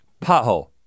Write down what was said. pothole